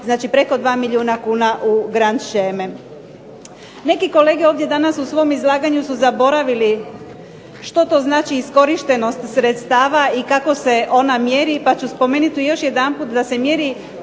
znači preko 2 milijuna kuna u grand sheme. Neki od kolega danas u svom izlaganju su zaboravili što to znači iskorištenost sredstava i kako se ona mjeri, pa ću spomenuti još jedanput da se mjeri